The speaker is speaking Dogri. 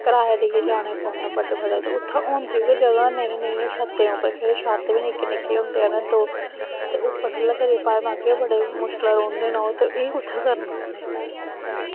कराया देइयै जाने पौंदा बड्डे बड्डे दूर उत्थें होंदी गै जगह् नेईं नेईं ओह् छत्तैं पर ओह् छत्त बी निक्के निक्के होंदे न दो ते उप्पर थल्लै अग्गें बड़े मुश्कलै रौंह्दे न ओह् ते एह् कुत्थै करना उनें